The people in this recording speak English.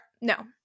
No